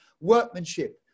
workmanship